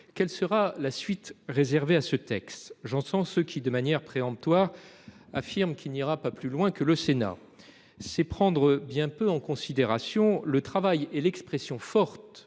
Quelle sera la suite réservée à ce texte ? J'entends ceux qui, de manière péremptoire, affirment qu'il n'ira pas plus loin que le Sénat. C'est prendre bien peu en considération le travail et l'expression forte